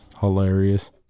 hilarious